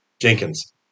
Jenkins